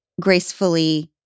gracefully